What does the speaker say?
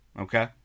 okay